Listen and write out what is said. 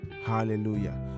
hallelujah